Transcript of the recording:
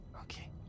Okay